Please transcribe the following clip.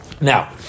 Now